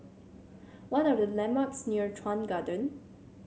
what are the landmarks near Chuan Garden